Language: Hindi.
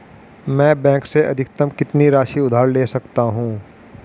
मैं बैंक से अधिकतम कितनी राशि उधार ले सकता हूँ?